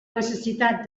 necessitat